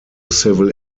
civil